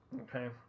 okay